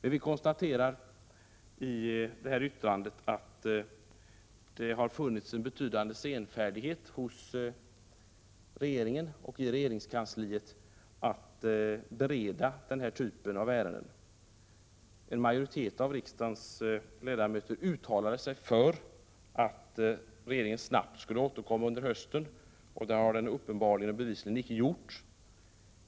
I vårt yttrande konstaterar vi att det har funnits en betydande senfärdighet hos regeringen och i regeringskansliet att bereda denna typ av ärenden. En majoritet av riksdagens ledamöter uttalade sig för att regeringen snabbt skulle återkomma under hösten. Det har regeringen uppenbarligen och bevisligen inte gjort.